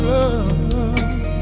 love